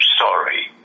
sorry